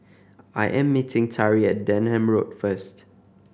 I am meeting Tari at Denham Road first